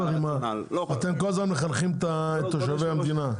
אתם כל הזמן מחנכים את תושבי המדינה.